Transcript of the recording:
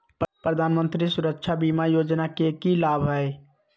प्रधानमंत्री सुरक्षा बीमा योजना के की लाभ हई?